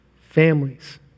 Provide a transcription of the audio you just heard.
families